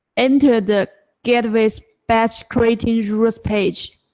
enter the gateway's batch creating rules page.